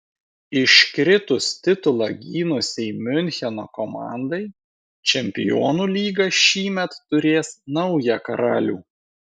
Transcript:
iškritus titulą gynusiai miuncheno komandai čempionų lyga šįmet turės naują karalių